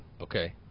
okay